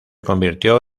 convirtió